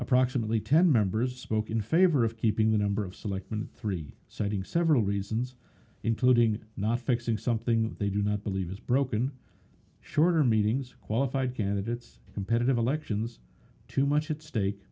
approximately ten members poke in favor of keeping the number of selectmen three citing several reasons including not fixing something they do not believe is broken shorter meetings qualified candidates competitive elections too much at stake